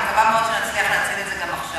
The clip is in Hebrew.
אני מקווה מאוד שנצליח גם בתקציב של עכשיו.